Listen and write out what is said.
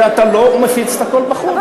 אתה לא מפיץ את הכול בחוץ,